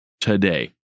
today